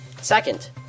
Second